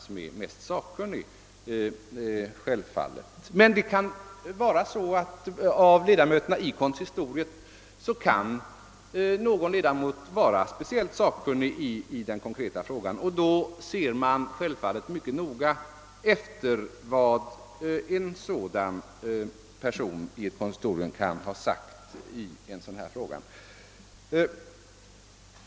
Men det kan också vara så att en ledamot av konsistoriet är speciellt sakkunnig i den fråga det gäller, och då tar man självfallet stor hänsyn till vad han anfört.